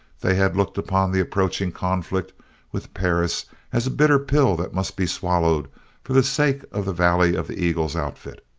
they had looked upon the approaching conflict with perris as a bitter pill that must be swallowed for the sake of the valley of the eagles outfit.